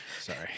Sorry